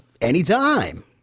anytime